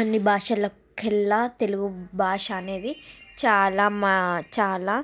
అన్ని భాషలకు ఎల్ల తెలుగు భాష అనేది చాలా మా చాలా